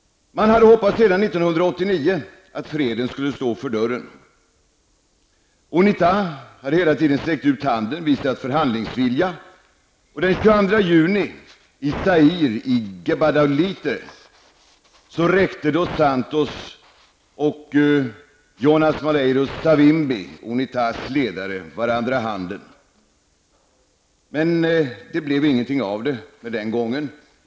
Man har hoppats sedan 1989 att freden skulle stå för dörren. Unita har hela tiden sträckt ut handen och visat att förhandlingsvilja finns. Den 22 Santos och Jonas Malheiro Savimbi, Unitas ledare, varandra handen. Men det blev ingenting av det för den gången.